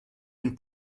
une